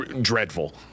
dreadful